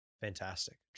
Fantastic